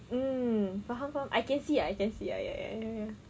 um faham faham I can see I can see ah ya ya ya ya